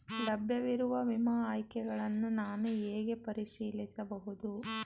ಲಭ್ಯವಿರುವ ವಿಮಾ ಆಯ್ಕೆಗಳನ್ನು ನಾನು ಹೇಗೆ ಪರಿಶೀಲಿಸಬಹುದು?